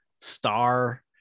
star